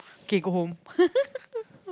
kay go home